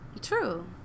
True